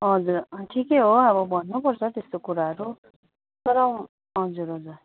हजुर ठिकै हो अब भन्नुपर्छ त्यस्तो कुराहरू तर हजुर हजुर